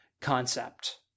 concept